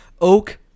oak